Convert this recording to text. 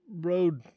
road